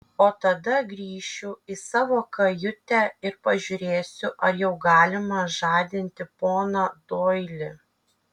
o tada grįšiu į savo kajutę ir pažiūrėsiu ar jau galima žadinti poną doilį